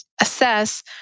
assess